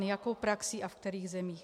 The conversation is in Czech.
Jakou praxí a ve kterých zemích.